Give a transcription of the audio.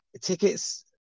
Tickets